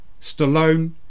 Stallone